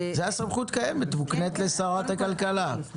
זאת סמכות קיימת שמוקנית לשרת הכלכלה,